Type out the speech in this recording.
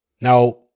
Now